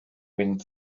wind